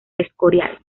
escorial